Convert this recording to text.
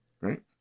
Right